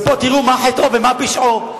ופה תראו מה חטאו ומה פשעו.